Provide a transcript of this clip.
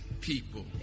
people